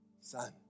son